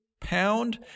pound